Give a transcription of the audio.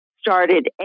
started